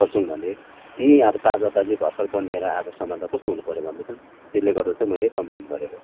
गर्छौँ भने त्यहीँ अब ताजा ताजै भर्खरै बनेर आएको सामान त कस्तो हुनु पऱ्यो भन्नु त त्यसले गर्दा चाहिँ मैले कम्पेल्न गरेको